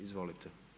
Izvolite.